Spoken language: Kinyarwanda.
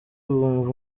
bumva